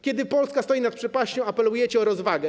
Kiedy Polska stoi nad przepaścią, apelujecie o rozwagę.